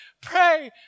pray